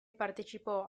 partecipò